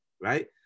Right